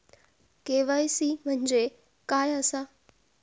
KYC म्हणजे काय आसा?